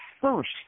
first